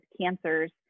cancers